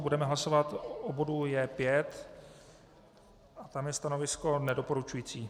Budeme hlasovat o bodu J5 a tam je stanovisko nedoporučující.